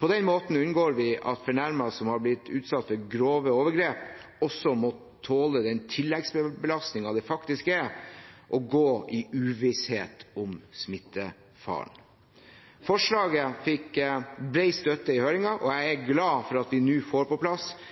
På den måten unngår vi at fornærmet som har blitt utsatt for grove overgrep, også må tåle den tilleggsbelastningen det faktisk er å gå i uvisshet om smittefaren. Forslaget fikk bred støtte i høringen, og jeg er